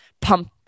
pump